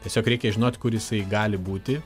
tiesiog reikia žinot kur jisai gali būti